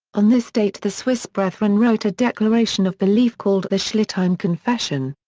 on this date the swiss brethren wrote a declaration of belief called the schleitheim confession.